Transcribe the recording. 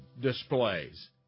displays